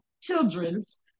children's